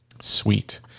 Sweet